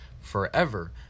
forever